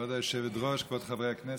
כבוד היושבת-ראש, כבוד חברי הכנסת,